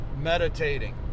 meditating